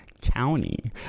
county